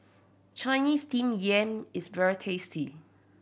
Chinese Steamed Yam is very tasty